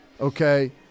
Okay